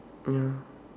ya